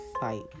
fight